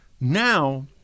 Now